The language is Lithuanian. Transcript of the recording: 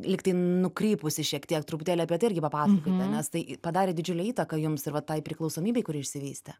lygtai nukrypusi šiek tiek truputėlį apie tai irgi papasakokite nes tai padarė didžiulę įtaką jums ir va tai priklausomybei kuri išsivystė